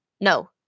no